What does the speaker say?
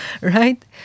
Right